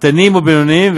קטנים או בינוניים,